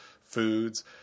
foods